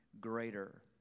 greater